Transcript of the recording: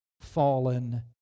fallen